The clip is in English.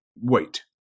Wait